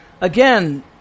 again